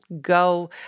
go